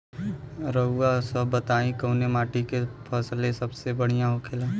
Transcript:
रउआ सभ बताई कवने माटी में फसले सबसे बढ़ियां होखेला?